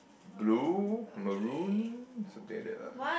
blue maroon something like that lah